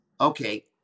Okay